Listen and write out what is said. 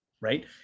right